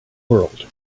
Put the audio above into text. world